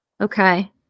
Okay